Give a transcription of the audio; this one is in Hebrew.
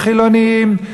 חילונים,